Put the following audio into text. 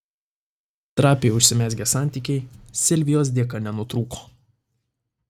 trapiai užsimezgę santykiai silvijos dėka nenutrūko